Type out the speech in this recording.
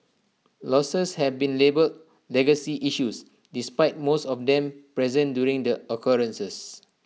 losses have been labelled legacy issues despite most of them present during the occurrences